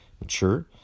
mature